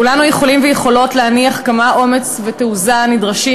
כולנו יכולים ויכולות להניח כמה אומץ ותעוזה נדרשים